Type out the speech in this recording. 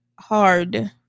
hard